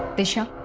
disha